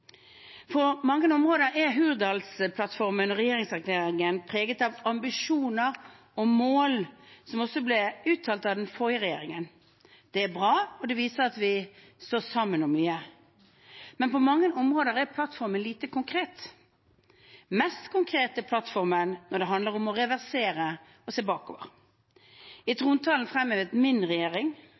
På mange områder er Hurdalsplattformen og regjeringserklæringen preget av ambisjoner om mål som også ble uttalt av den forrige regjeringen. Det er bra, og det viser at vi står sammen om mye. Men på mange områder er plattformen lite konkret. Mest konkret er plattformen når det handler om å reversere og se bakover. I trontalen fremhevet min regjering